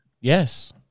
yes